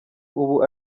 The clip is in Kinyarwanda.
ubu